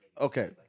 Okay